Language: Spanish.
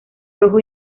rojo